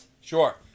Sure